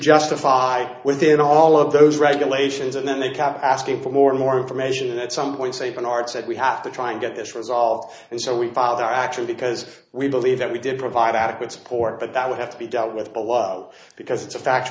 justify within all of those regulations and then they kept asking for more and more information at some point say bernard said we have to try and get this resolved and so we filed our action because we believe that we did provide adequate support but that would have to be dealt with below because it's a fact